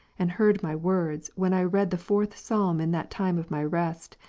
and heard my words, when i read the fourth psalm in that time of my rest,